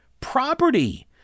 Property